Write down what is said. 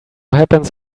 happens